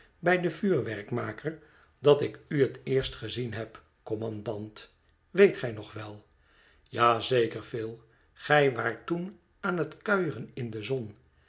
bij den vuurwerkmaker dat ik u het eerst gezien heb kommandant weet gij nog wel ja zeker phil gij waart toen aan het kuieren in de zon